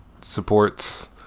supports